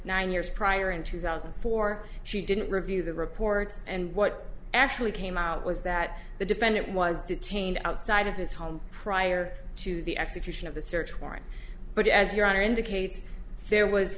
nine years prior in two thousand and four she didn't review the reports and what actually came out was that the defendant was detained outside of his home prior to the execution of a search warrant but as your honor indicates there was